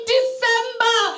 December